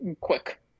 quick